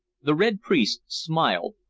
the red priest smiled,